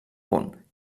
punt